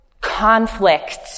conflict